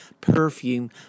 perfume